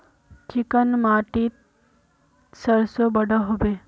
Chicken माटित सरसों बढ़ो होबे?